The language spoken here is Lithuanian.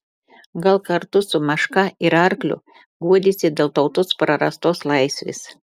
gal kartu su meška ir arkliu guodėsi dėl tautos prarastos laisvės